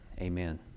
amen